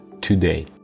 today